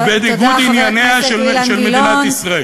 הוא בניגוד ענייניה של מדינת ישראל.